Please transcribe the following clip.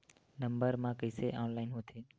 Number मा कइसे online होथे?